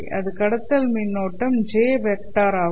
அது கடத்தல் மின்னோட்டம் J' வெக்டர் ஆகும்